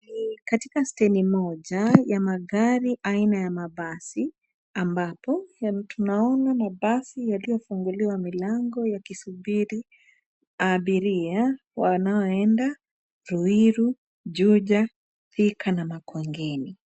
Ni katika steni moja ya magari aina ya mabasi ambapo tunaona mabasi yakiwa yamefunguliwa milango yakisubiri abiria wanaoenda Ruiru, Juja, Thika na Makongeni.